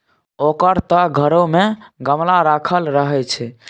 ओकर त घरो मे गमला राखल रहय छै